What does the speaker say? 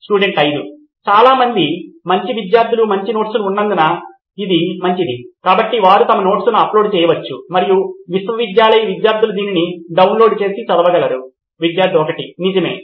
student 5 చాలా మంది మంచి విద్యార్థులకు మంచి నోట్స్ ఉన్నందున ఇది మంచిది కాబట్టి వారు తమ నోట్స్ను అప్లోడ్ చేయవచ్చు మరియు విశ్వవిద్యాలయ విద్యార్థులు దీన్ని డౌన్లోడ్ చేసి చదవగలరు విద్యార్థి 1 నిజమే